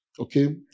Okay